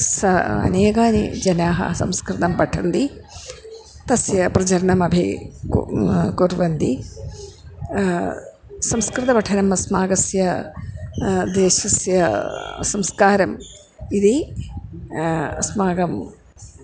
स अनेकजनाः संस्कृतं पठन्ति तस्य प्रचारमपि कु कुर्वन्ति संस्कृतपठनम् अस्माकं देशस्य संस्कारम् इति अस्माकं